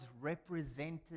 represented